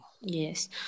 Yes